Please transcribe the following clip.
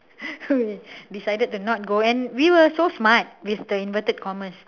we decided to not go and we were so smart with the inverted commas